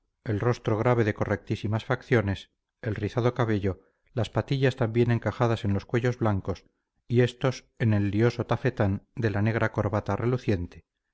el rostro grave de correctísimas facciones el rizado cabello las patillas tan bien encajadas en los cuellos blancos y estos en el lioso tafetán de la negra corbata reluciente